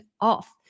off